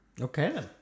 Okay